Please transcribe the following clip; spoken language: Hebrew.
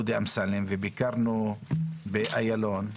וביקרנו באיילון.